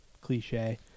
cliche